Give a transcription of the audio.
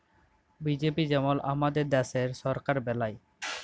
BJP যেমল আমাদের দ্যাশের সরকার বেলায়